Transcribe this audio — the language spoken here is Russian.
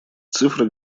цифры